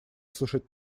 слушать